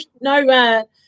No